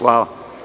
Hvala.